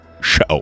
show